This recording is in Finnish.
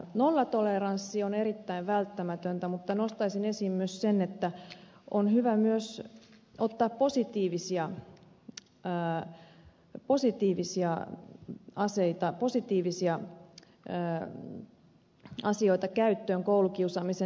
nollatoleranssi on erittäin välttämätöntä mutta nostaisin esiin myös sen että on hyvä myös ottaa positiivisia aseita positiivisia asioita käyttöön koulukiusaamisen estämiseksi